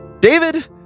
David